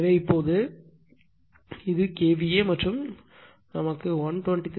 எனவே இப்போது இது KVA மற்றும் 123